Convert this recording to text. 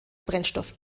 brennstoff